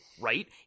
right